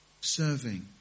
serving